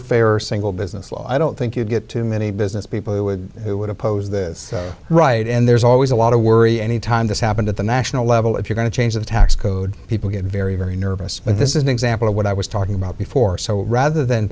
simpler fairer single business law i don't think you get too many business people who would who would oppose this right and there's always a lot of worry any time this happened at the national level if you're going to change the tax code people get very very nervous but this is an example of what i was talking about before so rather than